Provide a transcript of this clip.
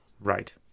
Right